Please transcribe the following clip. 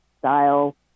style